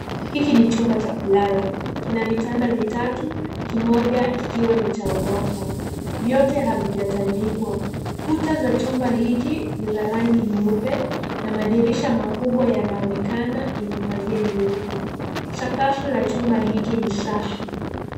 Hiki ni chumba cha kulala. Kina vitanda vitatu, kimoja kikiwa ni cha orofa. Vyote havijatandikwa. Kuta za chumba hiki ni za rangi nyeupe na madirisha makubwa yanaonekana yenye pazia nyeupe. Sakafu la chumba hiki ni safi.